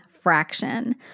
fraction